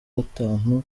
gatanu